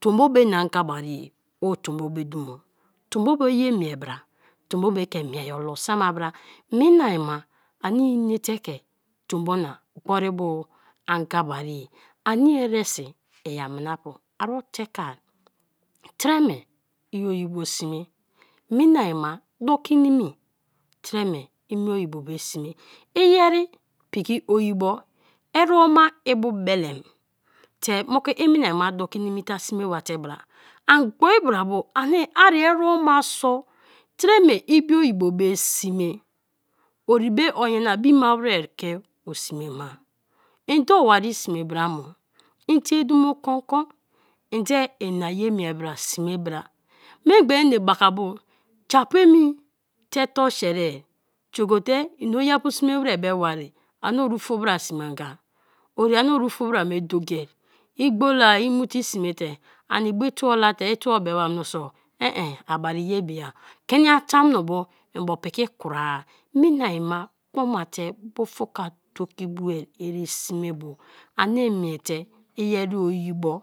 tombo be na anga bari yeo tombo be dumo, tombo be ye mie bra, tombo be dumo, tombo be ye mie bra, tombo be ke mie ye olo sema bra; mina-ma ani nete ke tombo na gboribu anga bariye ani eresi i aminapu ari o te ke treme i oyibo sme mina-ma doki nimi treme i bio oyibo be sme; iyeri be ke oyibo ereba ibu belem te i niini-a ma doki nimi treme i bio oyibo be sme; i yeri be ke oyibo ereba ibu belem te i mini-a ma doki nimi te a sime bate bra, ani gbori bra bo ari ereba so tre me i bio yibo be sme; ori be o nyana bim ma ware ke o sme ma, i ende o wari sme bra mo? En tre dumo konkon? Ende ina ye mie bra sme bra memgba enebaka bo; japu emi te torsheri te gote ini oyibo sme ware be wari ani oru fubara sme anga; ori na oru fubara me dokiari i gbola-a i mu te i sme te; ani bo i tuo la te; i tuo be ma mioso eeh eh amari ye bi ya kini-nyana tamuno bu i bo piki kro-a mina-ma kpoma te bufuka doki boari ani miete orioyibo.